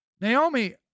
Naomi